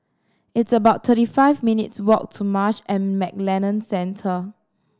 it's about thirty five minutes' walk to Marsh and McLennan Centre